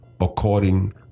according